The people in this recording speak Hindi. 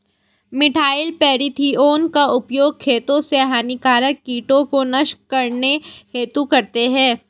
मिथाइल पैरथिओन का उपयोग खेतों से हानिकारक कीटों को नष्ट करने हेतु करते है